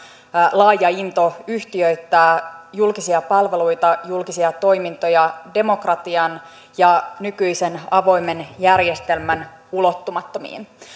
laaja into yhtiöittää julkisia palveluita ja julkisia toimintoja demokratian ja nykyisen avoimen järjestelmän ulottumattomiin